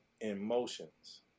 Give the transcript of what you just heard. emotions